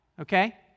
Okay